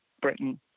Britain